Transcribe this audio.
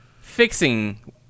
fixing